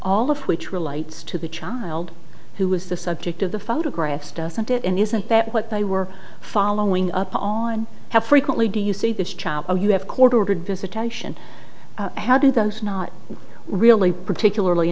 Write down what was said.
all of which relates to the child who was the subject of the photographs doesn't it and isn't that what they were following up on how frequently do you see this child you have court ordered visitation how do those not really particularly